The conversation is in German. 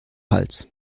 hals